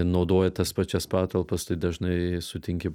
naudoja tas pačias patalpas tai dažnai sutinki